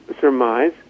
surmise